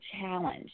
challenge